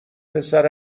پسر